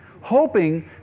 hoping